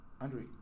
Andre